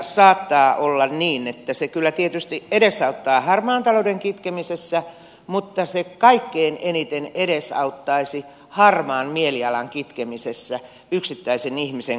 saattaa olla niin että tämä asia kyllä tietysti edesauttaa harmaan talouden kitkemisessä mutta se kaikkein eniten edesauttaisi harmaan mielialan kitkemisessä yksittäisen ihmisen kohdalla